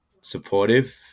supportive